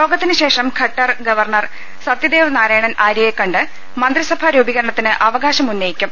യോഗത്തിന് ശേഷം ഖട്ടർ ഗവർണർ സത്യദേവ് നാരായൺ ആര്യയെ കണ്ട് മന്ത്രിസഭാ രൂപീകരണത്തിന് അവകാശം ഉന്നയി ക്കും